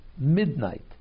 midnight